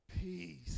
peace